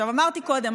אמרתי קודם,